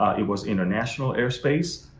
um it was international airspace.